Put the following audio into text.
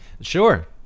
sure